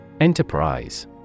Enterprise